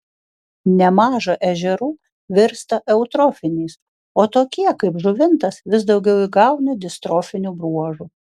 nemaža ežerų virsta eutrofiniais o tokie kaip žuvintas vis daugiau įgauna distrofinių bruožų